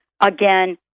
again